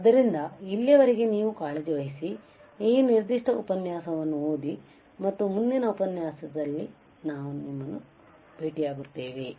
ಆದ್ದರಿಂದ ಆಲ್ಲಿಯವರೆಗೆ ನೀವು ಕಾಳಜಿ ವಹಿಸಿ ಈ ನಿರ್ದಿಷ್ಟ ಉಪನ್ಯಾಸವನ್ನು ಓದಿ ಮತ್ತು ಮುಂದಿನ ಉಪನ್ಯಾಸದಲ್ಲಿ ನಾನು ನಿಮ್ಮನ್ನು ನೋಡುತ್ತೇನೆ